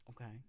Okay